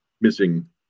missing